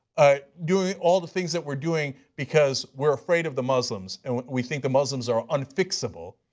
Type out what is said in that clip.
ah doing all the things that we're doing because we're afraid of the muslims, and we think the muslims are unfixable,